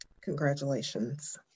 Congratulations